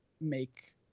make